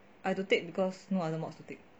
I have to take because no other mods to take